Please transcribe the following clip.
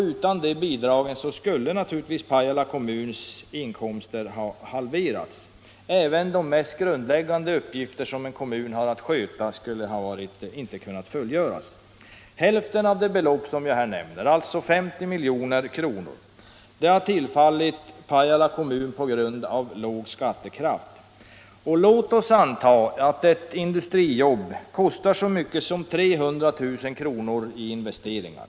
Utan det bidraget skulle kommunens inkomster ha halverats. Även de mest grundläggande uppgifter som en kommun har att sköta skulle inte ha kunnat fullgöras utan bidraget. Hälften av det belopp jag nämnde, 50 miljoner, har tillfallit Pajala kommun på grund av låg skattekraft. Låt oss anta att ett industrijobb kostar så mycket som 300 000 kr. i investeringar.